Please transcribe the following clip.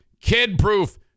kid-proof